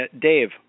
Dave